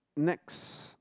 next